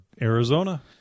Arizona